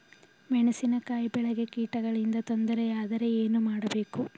ಮೆಣಸಿನಕಾಯಿ ಬೆಳೆಗೆ ಕೀಟಗಳಿಂದ ತೊಂದರೆ ಯಾದರೆ ಏನು ಮಾಡಬೇಕು?